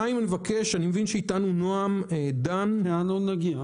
ב' אני מבין שאיתנו נעם דן מהאוצר,